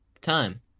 time